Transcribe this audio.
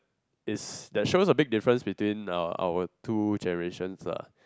is there shows a big difference between uh our two generations lah